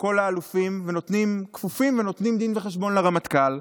כל האלופים, כפופים ונותנים דין וחשבון לרמטכ"ל,